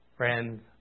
Friends